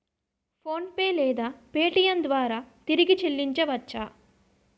PhonePe లేదా Paytm ద్వారా తిరిగి చల్లించవచ్చ?